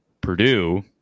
Purdue